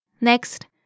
Next